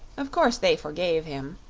of coursed they forgave him,